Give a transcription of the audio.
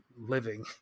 living